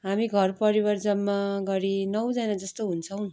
हामी घर परिवार जम्मागरी नौजना जस्तो हुन्छौँ